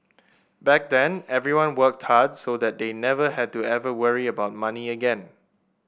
back then everyone worked hard so that they never had to ever worry about money again